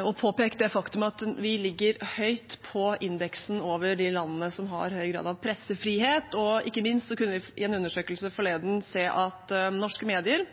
og påpekt det faktum at vi ligger høyt på indeksen over de landene som har høy grad av pressefrihet. Ikke minst kunne vi i en undersøkelse forleden se at norske medier